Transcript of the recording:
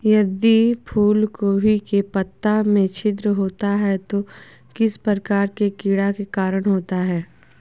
यदि फूलगोभी के पत्ता में छिद्र होता है तो किस प्रकार के कीड़ा के कारण होता है?